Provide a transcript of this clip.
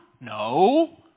No